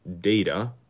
data